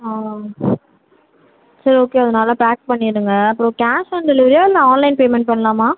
ஆ சரி ஓகே அது நல்லா பேக் பண்ணிவிடுங்க அப்புறம் கேஷ் ஆன் டெலிவரியா இல்லை ஆன்லைன் பேமெண்ட் பண்ணலாமா